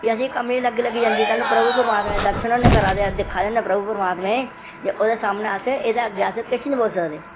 फ्ही असेंगी कम्बनी लग्गी लग्गी जंदी तैल्लूं प्रभु परमात्मा दे दर्शन हुन्ने करा दे दिक्खा दे हुन्ने प्रभु परमात्मा गी ते ओह्दे सामनै अस एह्दे अग्गै अस किश नी बोल्ली सकदे